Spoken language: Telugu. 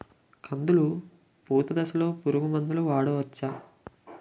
కందులు పూత దశలో పురుగు మందులు వాడవచ్చా?